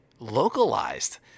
localized